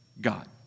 God